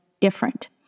different